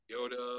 Yoda